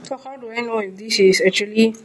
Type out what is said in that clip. so how do I know if this is actually